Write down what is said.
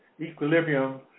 equilibrium